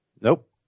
Nope